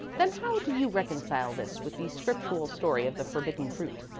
then how do you reconcile this with the scriptural story of the forbidden fruit?